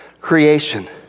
creation